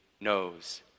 knows